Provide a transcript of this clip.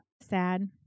Sad